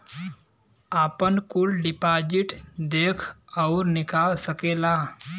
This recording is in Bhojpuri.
आपन कुल डिपाजिट देख अउर निकाल सकेला